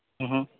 હં